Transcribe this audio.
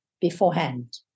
beforehand